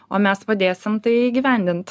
o mes padėsim tai įgyvendint